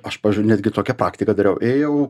aš pavyzdžiui netgi tokią praktiką dariau ėjau